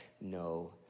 no